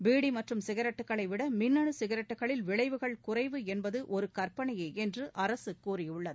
PT மற்றும் சிகரெட்டுகளை விட மின்னனு சிகரெட்டுகளில் விளைவுகள் குறைவு என்பது ஒரு கற்பனையே என்று அரசு கூறியுள்ளது